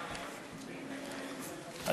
רבותי.